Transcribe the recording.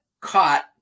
caught